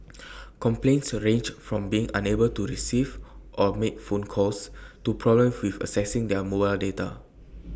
complaints ranged from being unable to receive or make phone calls to problems with accessing their mobile data